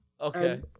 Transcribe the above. Okay